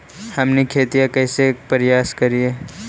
हमनी खेतीया कइसे परियास करियय?